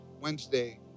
Wednesday